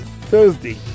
Thursday